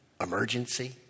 emergency